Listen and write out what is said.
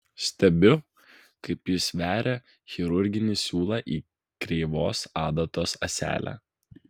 stebiu kaip jis veria chirurginį siūlą į kreivos adatos ąselę